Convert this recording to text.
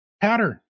pattern